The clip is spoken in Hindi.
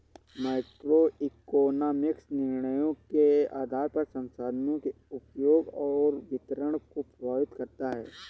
माइक्रोइकोनॉमिक्स निर्णयों के आधार पर संसाधनों के उपयोग और वितरण को प्रभावित करता है